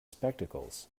spectacles